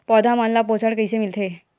पौधा मन ला पोषण कइसे मिलथे?